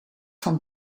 van